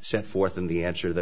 set forth in the answer that